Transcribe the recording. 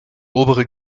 obere